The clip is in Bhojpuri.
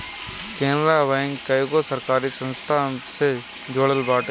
केनरा बैंक कईगो सरकारी संस्था से जुड़ल बाटे